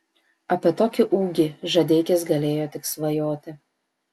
apie tokį ūgį žadeikis galėjo tik svajoti